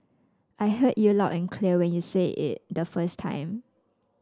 I heard you loud and clear when you said it the first time